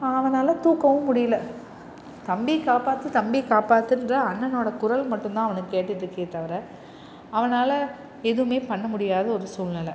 அவனால் தூக்கவும் முடியல தம்பி காப்பாற்று தம்பி காப்பாற்றுன்றான் அண்ணனோட குரல் மட்டும் தான் அவனுக்கு கேட்டுகிட்டு இருக்கே தவிர அவனால் எதுவுமே பண்ண முடியாத ஒரு சூழ்நிலை